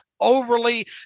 overly